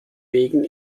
wegen